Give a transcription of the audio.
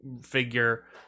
figure